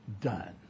done